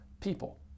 People